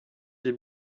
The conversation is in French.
des